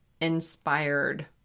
inspired